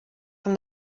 from